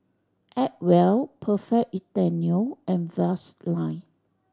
Acwell Perfect Italiano and Vaseline